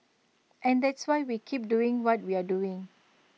and that's why we keep doing what we're doing